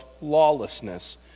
lawlessness